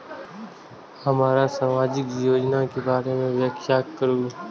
हमरा सामाजिक योजना के बारे में व्याख्या करु?